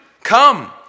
come